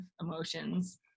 emotions